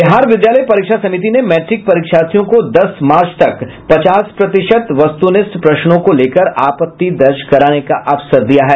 बिहार विद्यालय परीक्षा समिति ने मैट्रिक परीक्षार्थियों को दस मार्च तक पचास प्रतिशत वस्तुनिष्ठ प्रश्नों को लेकर आपाति दर्ज कराने का अवसर दिया है